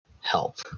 help